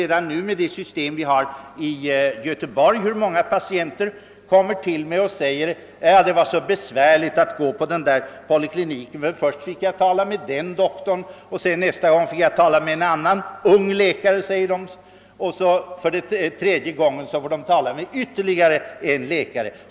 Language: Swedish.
Redan vid det nuvarande systemet kommer många patienter i Göteborg till mig och säger att det var så besvärligt att gå till den där polikliniken. Först fick man tala med en viss läkare för att nästa gång vara tvungen tala med en annan ung läkare, som de säger. Även tredje gången måste vederbörande tala med en ny läkare.